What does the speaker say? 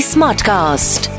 Smartcast